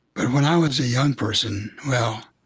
but when i was a young person well,